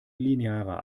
linearer